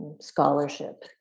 scholarship